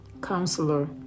Counselor